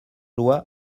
loi